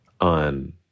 on